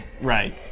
Right